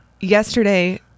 yesterday